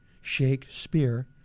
Shakespeare